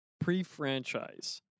Pre-franchise